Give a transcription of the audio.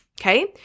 okay